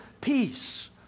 peace